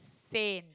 insane